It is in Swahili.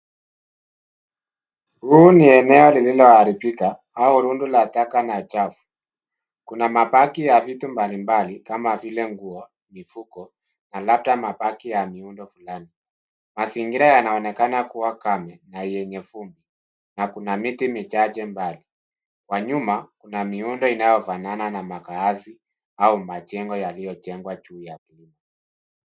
Huu ni eneo lililoharibika, au rundo la taka na chafu. Kuna mabaki ya vitu mbalimbali kama vile nguo, mifuko, na labda mabaki ya miundo fulani. Mazingira yanaonekana kuwa kame na yenye vumbi, na kuna miti michache mbali. Kwa nyuma, kuna miundo inayofanana na makaazi au majengo yaliyojengwa juu ya kioo.